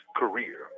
career